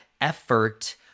effort